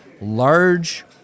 large